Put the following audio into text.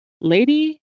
Lady